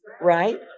right